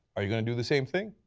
are you going to do the same thing?